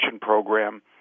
program